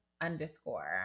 underscore